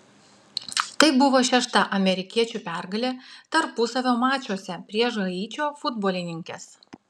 tai buvo šešta amerikiečių pergalė tarpusavio mačuose prieš haičio futbolininkes